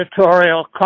editorial